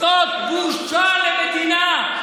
זאת בושה למדינה.